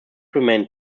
remained